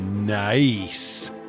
Nice